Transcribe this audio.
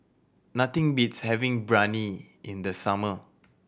nothing beats having Biryani in the summer